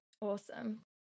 Awesome